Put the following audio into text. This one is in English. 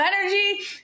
energy